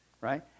right